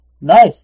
Nice